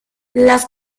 las